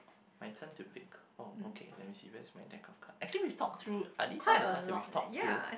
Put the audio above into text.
my turn to pick oh okay let me see where is my deck of card actually we've talked through ah these are the times we've talked through